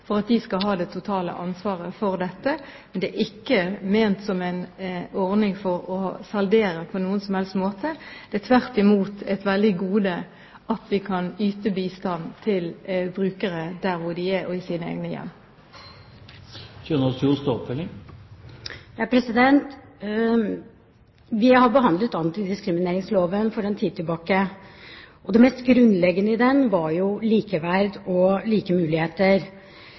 for at de skal ha det totale ansvaret for dette. Men det er ikke ment som en ordning for å saldere på noen som helst måte. Det er tvert imot et gode at vi kan yte bistand til brukerne der hvor de er, også når de er i sitt eget hjem. Vi behandlet antidiskrimineringsloven for en tid tilbake. Det mest grunnleggende i den var likeverd og like muligheter.